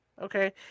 okay